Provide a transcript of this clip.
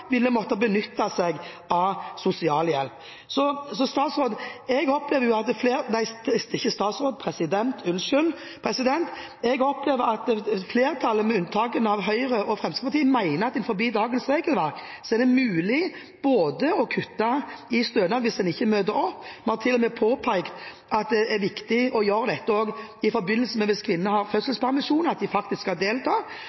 måtte benytte seg av sosialhjelp. Jeg opplever at flertallet, med unntak av Høyre og Fremskrittspartiet, mener at det innenfor dagens regelverk er mulig å kutte i stønad hvis en ikke møter opp. Vi har til og med påpekt at det er viktig å gjøre dette også i forbindelse med at kvinner har